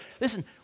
Listen